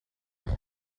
eich